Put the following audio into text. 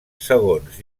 segons